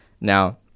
Now